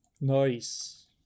Nice